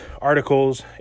articles